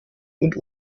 und